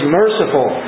merciful